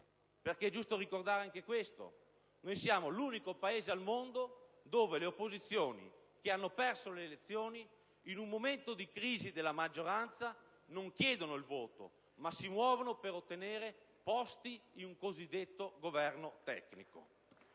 Perché è giusto ricordare anche questo: siamo l'unico Paese al mondo dove le opposizioni, che hanno perso le elezioni, in un momento di crisi della maggioranza non chiedono il voto, ma si muovono per ottenere posti in un cosiddetto Governo tecnico